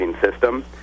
system